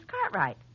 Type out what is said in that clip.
Cartwright